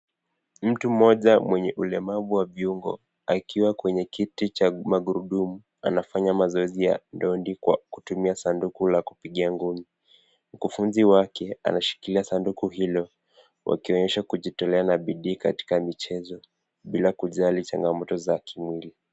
Mtu mmoja mwenye ulemavu wa viungo akiwa kwenye kiti cha magurudumu anafanya mazoezi ya ndondi kwa kutumia sanduku la kupiga ngumi, mkufunzi wake anashikilia sanduku hilo wakionyesha kujitolea na bidii katika michezo, bila kujali changamoto za kimwili.